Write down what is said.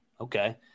Okay